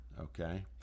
okay